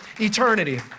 eternity